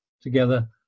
together